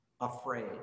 afraid